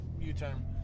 U-turn